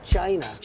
China